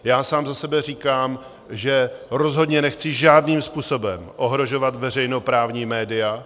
Já sám za sebe říkám, že rozhodně nechci žádným způsobem ohrožovat veřejnoprávní média.